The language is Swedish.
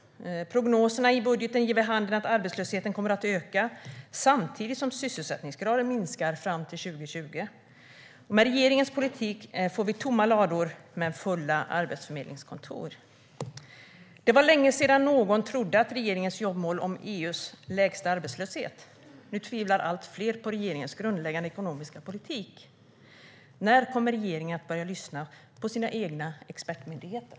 Prognoserna i budgeten ger vid handen att arbetslösheten kommer att öka samtidigt som sysselsättningsgraden minskar fram till 2020. Med regeringens politik får vi tomma lador men fulla arbetsförmedlingskontor. Det var länge sedan någon trodde på regeringens jobbmål om EU:s lägsta arbetslöshet. Nu tvivlar allt fler på regeringens grundläggande ekonomiska politik. När kommer regeringen att börja lyssna på sina egna expertmyndigheter?